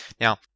Now